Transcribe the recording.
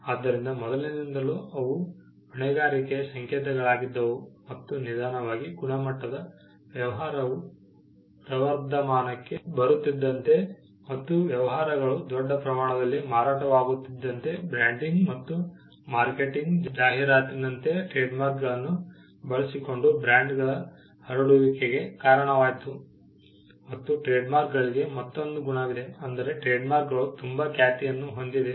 ಆದ್ದರಿಂದ ಮೊದಲಿನಿಂದಲೂ ಅವು ಹೊಣೆಗಾರಿಕೆಯ ಸಂಕೇತಗಳಾಗಿದ್ದವು ಮತ್ತು ನಿಧಾನವಾಗಿ ಗುಣಮಟ್ಟದ ವ್ಯವಹಾರವು ಪ್ರವರ್ಧಮಾನಕ್ಕೆ ಬರುತ್ತಿದ್ದಂತೆ ಮತ್ತು ವ್ಯವಹಾರಗಳು ದೊಡ್ಡ ಪ್ರಮಾಣದಲ್ಲಿ ಮಾರಾಟವಾಗುತ್ತಿದ್ದಂತೆ ಬ್ರ್ಯಾಂಡಿಂಗ್ ಮತ್ತು ಮಾರ್ಕೆಟಿಂಗ್ ಜಾಹೀರಾತಿನಂತೆ ಟ್ರೇಡ್ಮಾರ್ಕ್ಗಳನ್ನು ಬಳಸಿಕೊಂಡು ಬ್ರ್ಯಾಂಡ್ಗಳ ಹರಡುವಿಕೆಗೆ ಕಾರಣವಾಯಿತು ಮತ್ತು ಟ್ರೇಡ್ಮಾರ್ಕ್ಗಳಿಗೆ ಮತ್ತೊಂದು ಗುಣವಿದೆ ಅಂದರೆ ಟ್ರೇಡ್ಮಾರ್ಕ್ಗಳು ತುಂಬಾ ಖ್ಯಾತಿಯನ್ನು ಹೊಂದಿದೆ